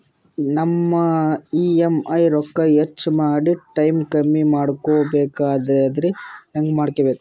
ನಮ್ಮ ಇ.ಎಂ.ಐ ರೊಕ್ಕ ಹೆಚ್ಚ ಮಾಡಿ ಟೈಮ್ ಕಮ್ಮಿ ಮಾಡಿಕೊ ಬೆಕಾಗ್ಯದ್ರಿ ಹೆಂಗ ಮಾಡಬೇಕು?